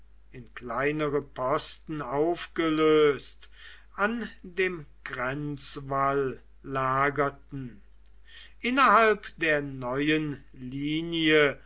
in kleinere posten aufgelöst an dem grenzwall lagerten innerhalb der neuen linie